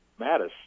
Mattis